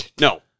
No